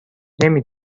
نمی